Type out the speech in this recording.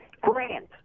Grant